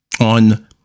on